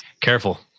careful